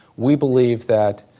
we believe that,